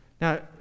Now